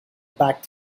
back